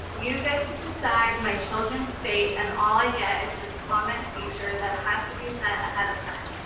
you get to decide my children's fate, and all i get is this comment feature that has to be sent ahead of time.